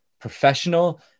professional